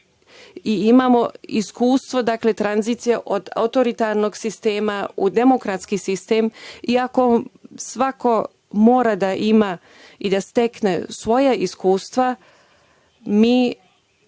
i imamo iskustvo tranzicije od autoritarnog sistema u demokratski sistem i ako svako mora da ima i da stekne svoja iskustva, mi